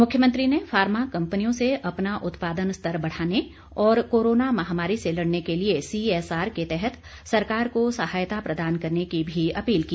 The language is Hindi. मुख्यमंत्री ने फार्मा कंपनियों से अपना उत्पादन स्तर बढ़ाने और कोरोना महामारी से लड़ने के लिए सीएसआर के तहत सरकार को सहायता प्रदान करने की भी अपील की